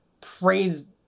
Praise